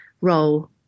role